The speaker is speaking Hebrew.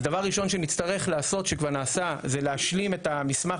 דבר ראשון שנצטרך לעשות הוא השלמת מסמך